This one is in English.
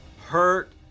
hurt